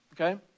okay